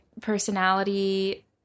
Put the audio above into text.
personality